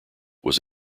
was